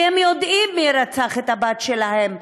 כי הם יודעים מי רצח את הבת שלהם,